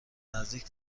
نزدیک